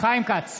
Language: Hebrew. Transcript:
חיים כץ,